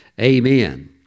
Amen